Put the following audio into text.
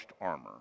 armor